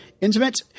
intimate